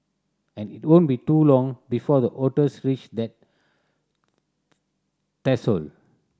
and it won't be too long before the otters reach that threshold